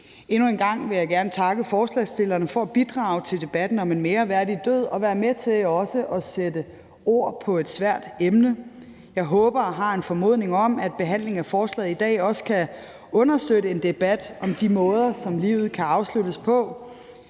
Endnu en gang vil jeg gerne takke forslagsstillerne for at bidrage til debatten om en mere værdig død og være med til også at sætte ord på et svært emne. Jeg håber og har en formodning om, at behandlingen af forslaget i dag også kan understøtte en debat om de måder, som livet kan afsluttes på.